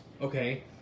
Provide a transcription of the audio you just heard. okay